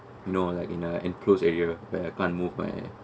no like in a enclosed area where I can't move my